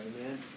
Amen